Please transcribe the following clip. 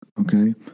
okay